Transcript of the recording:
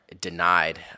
denied